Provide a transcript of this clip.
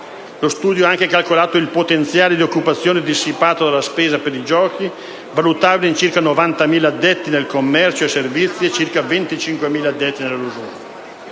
Lo studio ha anche calcolato il potenziale di occupazione dissipato dalla spesa per giochi, valutabile in circa 90.000 addetti nel commercio e servizi e circa 25.000 addetti nell'industria.